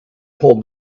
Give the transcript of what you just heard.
told